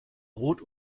rot